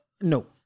No